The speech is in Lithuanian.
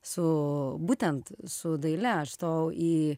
su būtent su daile aš stojau į